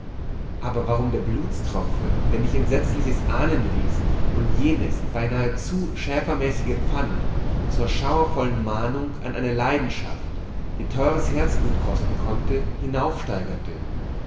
aber warum der blutstropfe der mich entsetzliches ahnen ließ und jenes beinahe zu schäfermäßige pfand zur schauervollen mahnung an eine leidenschaft die teures herzblut kosten konnte